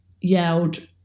yelled